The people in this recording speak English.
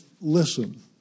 listen